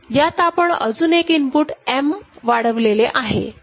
यात आपण अजून एक इनपुट 'M' वाढवलेले आहे